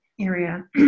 area